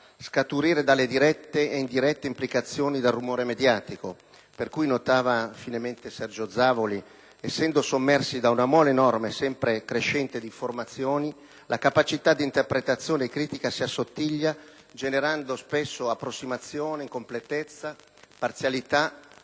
scaturire dalle dirette e indirette implicazioni del rumore mediatico: per cui (notava finemente Sergio Zavoli), essendo sommersi da una mole enorme e sempre crescente di informazioni, la capacità dì interpretazione critica si assottiglia, generando spesso approssimazione, incompletezza, parzialità,